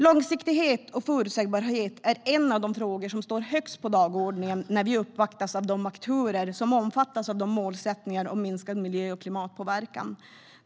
Långsiktighet och förutsägbarhet är en av de frågor som står högst på dagordningen när vi uppvaktas av de aktörer som omfattas av målsättningarna om minskad miljö och klimatpåverkan.